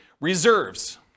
reserves